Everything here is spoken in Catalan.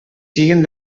siguin